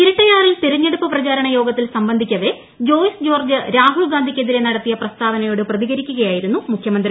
ഇരട്ടയാറിൽ തെരഞ്ഞെടുപ്പ് പ്രചാരണ യോഗത്തിൽ സംബന്ധിക്കവേ ജോയിസ് ജോർജ് രാഹുൽഗാന്ധിയ്ക്കെതിരെ നടത്തിയ പ്രസ്താവനയോട് പ്രതികരിക്കുകയായിരുന്നു മുഖ്യമന്ത്രി